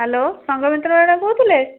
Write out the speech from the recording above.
hello Sanghamitra madam କହୁଥିଲେ